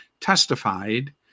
testified